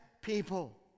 people